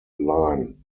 line